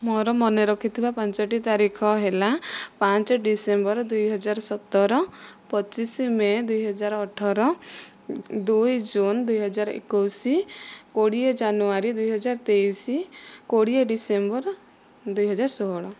ମୋର ମନେ ରଖିଥିବା ପାଞ୍ଚଟି ତାରିଖ ହେଲା ପାଞ୍ଚ ଡିସେମ୍ବର ଦୁଇ ହଜାର ସତର ପଚିଶ ମେ ଦୁଇ ହଜାର ଅଠର ଦୁଇ ଜୁନ ଦୁଇ ହଜାର ଏକୋଇଶ କୋଡ଼ିଏ ଜାନୁଆରୀ ଦୁଇ ହଜାର ତେଇଶି କୋଡ଼ିଏ ଡିସେମ୍ବର ଦୁଇ ହଜାର ଷୋହଳ